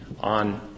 on